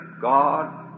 God